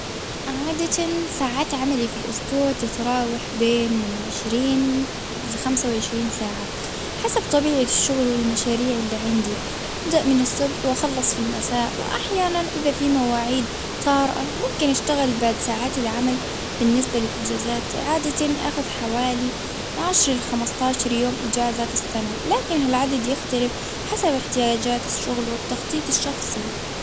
عادة ساعات عملي في الإسبوع تتراوح بين من عشرين لخمسة وعشرين ساعة، حسب طبيعة الشغل والمشاريع اللي عندي، أبدأ من الصبح وأخلص في المساء ،وأحيانا إذا في مواعيد طارئة ممكن أشتغل بعد ساعات العمل، بالنسبة للإنجازات عادة آخد حوالي لخمسة عشر يوم أجازة في السنة، لكن هالعدد يختلف حسب إحتياجات الشغل والتخطيط الشخصي.